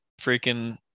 freaking